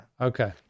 Okay